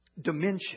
dimension